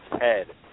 head